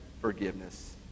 forgiveness